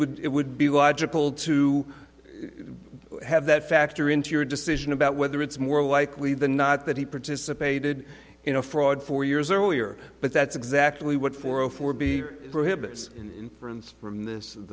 would it would be logical to have that factor into your decision about whether it's more likely than not that he participated in a fraud four years earlier but that's exactly what four zero four b prohibits friends from this